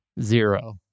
Zero